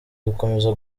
dukomeze